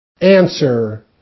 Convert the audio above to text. Answer